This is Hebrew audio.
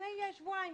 לפני שבועיים,